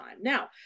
now